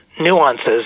nuances